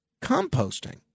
composting